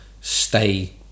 stay